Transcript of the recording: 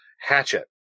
Hatchet